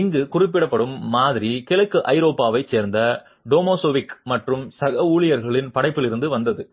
இங்கு குறிப்பிடப்படும் மாதிரி கிழக்கு ஐரோப்பாவைச் சேர்ந்த டோமாசெவிக் மற்றும் சக ஊழியர்களின் படைப்பிலிருந்து வந்தது